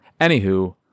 Anywho